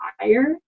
higher